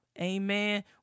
Amen